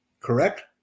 Correct